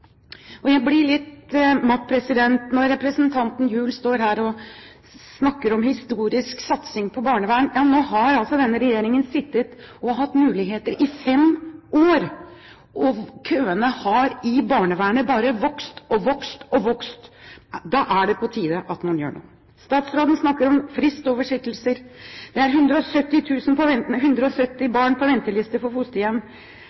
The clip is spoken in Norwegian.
Jeg blir litt matt når representanten Gjul står her og snakker om historisk satsing på barnevern. Nå har altså denne regjeringen sittet og hatt muligheter i fem år, og køene i barnevernet har bare vokst og vokst og vokst. Da er det på tide at man gjør noe. Statsråden snakker om fristoversittelser. Det er 170 barn på